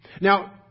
Now